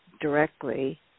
directly